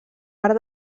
part